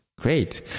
great